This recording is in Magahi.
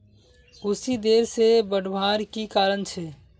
कुशी देर से बढ़वार की कारण छे?